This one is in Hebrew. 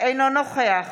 אינו נוכח